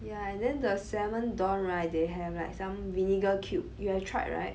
ya and then the salmon don right they have like some vinegar cube you have tried right